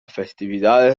festividad